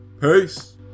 Peace